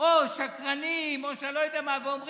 או שקרנים, או אני לא יודע, ואומרים: